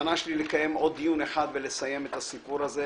הכוונה שלי היא לקיים עוד דיון אחד ולסיים את הסיפור הזה,